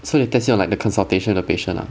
so they test you on like the consultation of patient lah